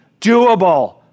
doable